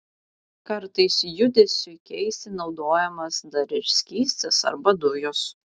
kartais judesiui keisti naudojamas dar ir skystis arba dujos